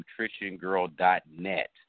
nutritiongirl.net